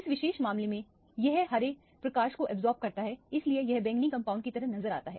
इस विशेष मामले में यह हरे प्रकाश को अब्जॉर्ब करता है इसीलिए यह बैंगनी कंपाउंड की तरह नजर आता है